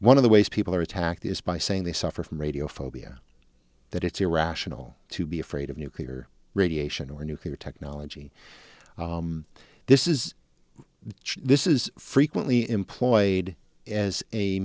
one of the ways people are attacked is by saying they suffer from radio phobia that it's irrational to be afraid of nuclear radiation or nuclear technology this is this is frequently employed as a